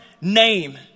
name